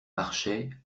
marchait